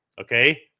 Okay